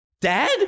dad